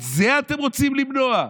את זה אתם רוצים למנוע?